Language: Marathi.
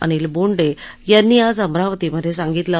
अनिल बोंडे यांनी आज अमरावतीमधे सांगितलं